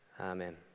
amen